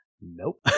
nope